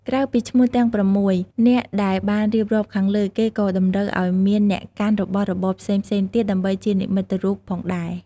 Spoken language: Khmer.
ក្រៅពីឈ្មោះទាំង ០៦ នាក់ដែលបានរៀបរាប់ខាងលើ គេក៏តម្រូវឲ្យមានអ្នកកាន់របស់របរផ្សេងៗទៀត ដើម្បីជានិមត្តិរូបផងដែរ។